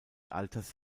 alters